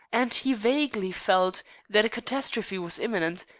and he vaguely felt that a catastrophe was imminent,